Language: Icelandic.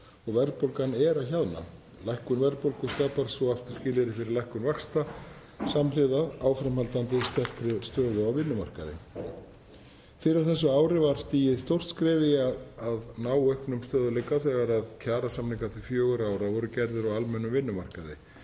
og verðbólgan er að hjaðna. Lækkun verðbólgu skapar svo aftur skilyrði fyrir lækkun vaxta samhliða áframhaldandi sterkri stöðu á vinnumarkaði. Fyrr á þessu ári var stigið stórt skref í átt að auknum stöðugleika þegar kjarasamningar til fjögurra ára voru gerðir á almennum vinnumarkaði.